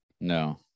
No